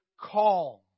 calm